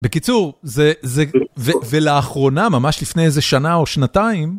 בקיצור, זה... זה ולאחרונה, ממש לפני איזה שנה או שנתיים...